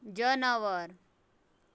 جاناوار